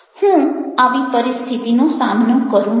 હું આવી પરિસ્થિતિનો સામનો કરું છું